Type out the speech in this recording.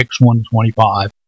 X125